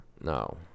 no